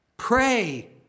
Pray